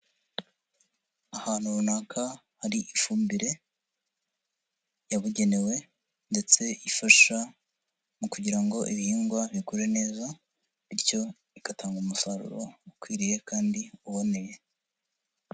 Ahantu runaka hari ifumbire yabugenewe ndetse ifasha mu kugira ngo ibihingwa bikure neza, bityo bigatanga umusaruro ukwiriye, kandi uboneye.